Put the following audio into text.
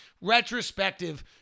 retrospective